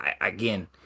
Again